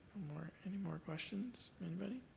more any more questions? anybody?